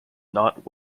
not